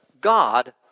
God